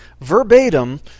verbatim